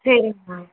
சரிங்க மேம்